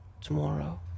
tomorrow